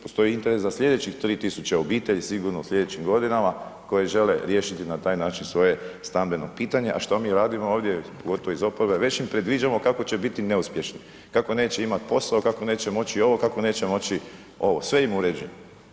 Postoji interes za slijedećih 3.000 obitelji sigurno u slijedećim godinama koje žele riješiti na taj način svoje stambeno pitanje, a što mi radimo ovdje, pogotovo iz oporbe, već im predviđamo kako će biti neuspješni, kako neće imati posao, kako neće moći ovo, kako neće moći ovo, sve im uređujemo.